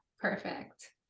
perfect